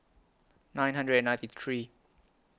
nine hundred and ninety three